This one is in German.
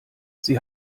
sie